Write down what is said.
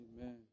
Amen